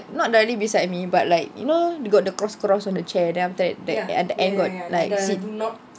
not directly beside me but like you know got the cross cross on the chair then after that then at the end got like sit